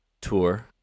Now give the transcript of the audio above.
tour